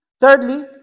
Thirdly